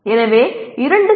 எனவே இரண்டு சி